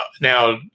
Now